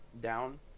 down